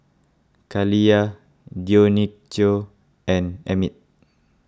Kaliyah Dionicio and Emit